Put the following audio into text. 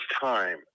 time